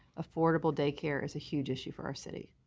affordable daycare as huge issue for our city,